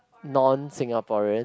non Singaporean